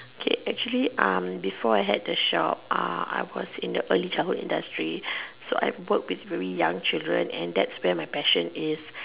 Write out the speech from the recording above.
okay actually um before I had the shop uh I was in the early childhood industry so I work with very young children and that's where my passion is